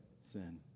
sin